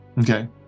Okay